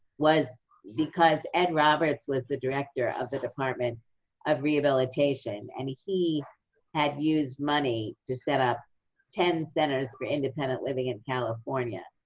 was because ed roberts was the director of the department of rehabilitation, and he had used money to set up ten centers for independent living in california.